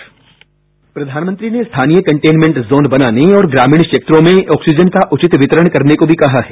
sound bite प्रधानमंत्री ने स्थानीय कंटेनमेंट जोन बनाने और ग्रामीण क्षेत्रों में ऑक्सीजन का उचित वितरण करने को भी कहा है